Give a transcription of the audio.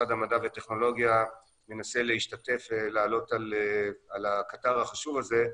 משרד המדע והטכנולוגיה מנסה להשתתף ולעלות על הקטר החשוב הזה.